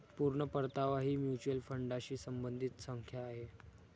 पूर्ण परतावा ही म्युच्युअल फंडाशी संबंधित संज्ञा आहे